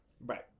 Right